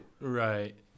Right